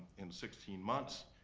in sixteen months,